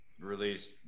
released